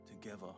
together